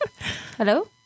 Hello